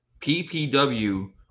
PPW